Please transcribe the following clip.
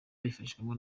babifashijwemo